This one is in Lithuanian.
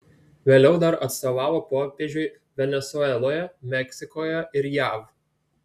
vėliau dar atstovavo popiežiui venesueloje meksikoje ir jav